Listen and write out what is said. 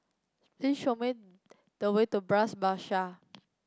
please show me the way to Bras Basah